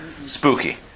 spooky